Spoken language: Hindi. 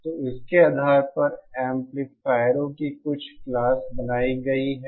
तो इसके आधार पर एम्पलीफायरों की कुछ क्लास बनाई गई हैं